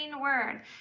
word